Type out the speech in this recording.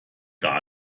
seine